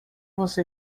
você